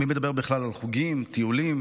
ומי מדבר בכלל על חוגים, טיולים